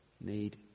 need